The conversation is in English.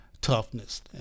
toughness